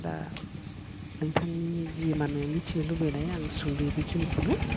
दा नोंथांनि जि माने मिथिनो लुबैनाय आं सुंद'वै बिखिनिखौनो